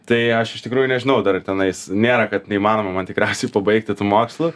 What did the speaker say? tai aš iš tikrųjų nežinau dar ir tenais nėra kad neįmanoma man tikriausiai pabaigti tų mokslų